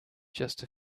just